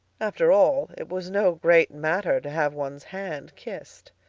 after all, it was no great matter to have one's hand kissed.